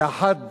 שאחת